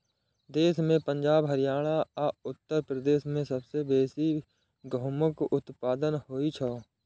देश मे पंजाब, हरियाणा आ उत्तर प्रदेश मे सबसं बेसी गहूमक उत्पादन होइ छै